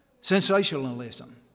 Sensationalism